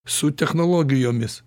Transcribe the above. su technologijomis